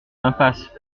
impasse